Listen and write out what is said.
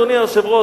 אדוני היושב-ראש,